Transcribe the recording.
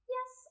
Yes